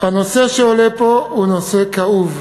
הנושא שעולה פה הוא נושא כאוב,